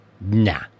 nah